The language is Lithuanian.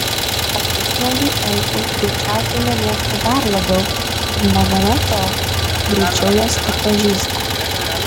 o pusnuogių elfų greičiausiai nemėgsta dar labiau ir negana to greičiau juos atpažįsta